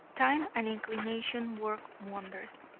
time and inclination work wonders,